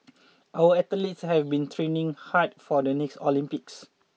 our athletes have been training hard for the next Olympics